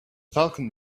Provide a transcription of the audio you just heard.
falcon